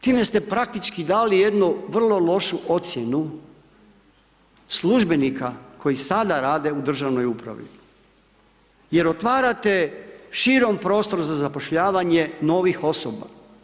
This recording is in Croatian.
Time ste praktički dali jednu vrlo lošu ocjenu službenika koji sada rade u državnoj upravi jer otvarate širom prostor za zapošljavanje novih osoba.